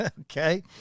Okay